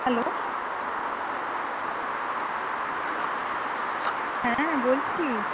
hello হ্যাঁ বলছি